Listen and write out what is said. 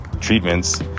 treatments